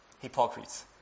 hypocrites